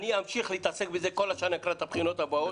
אני אמשיך להתעסק בזה כל השנה לקראת הבחינות הבאות,